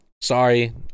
sorry